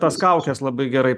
tos kaukės labai gerai